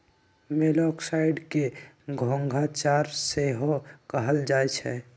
मोलॉक्साइड्स के घोंघा चारा सेहो कहल जाइ छइ